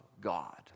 God